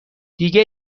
دیگه